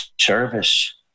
service